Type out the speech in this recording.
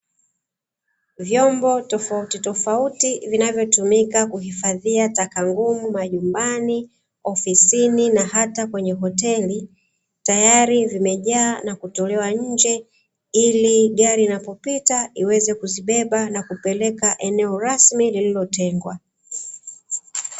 Vyombo tofauti tofauti vinavyotumika kuhifadhia taka ngumu majumbani, ofisini na hata kwenye hoteli, tayari vimejaa na kutolewa nje ili gari linapopita iweze kuzibeba na kupeleka eneo rasmi lililotengwa.